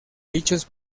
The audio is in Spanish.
dichos